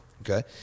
Okay